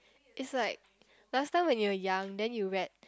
it's like last time when you were young then you read